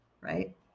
right